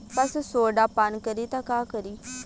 पशु सोडा पान करी त का करी?